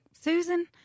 Susan